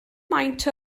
maint